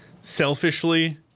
Selfishly